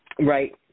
Right